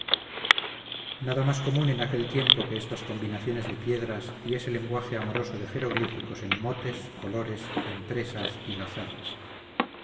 nada más común en aquel tiempo que estas combinaciones de piedras y ese lenguaje amoroso de jeroglíficos en motes colores empresas y lazadas